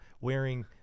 wearing